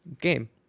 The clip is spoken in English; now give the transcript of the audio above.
game